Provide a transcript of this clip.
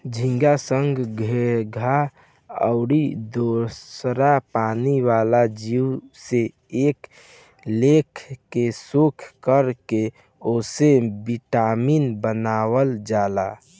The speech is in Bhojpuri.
झींगा, संख, घोघा आउर दोसर पानी वाला जीव से कए लेखा के शोध कर के ओसे विटामिन बनावल जाला